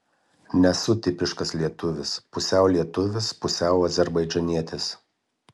nesu tipiškas lietuvis pusiau lietuvis pusiau azerbaidžanietis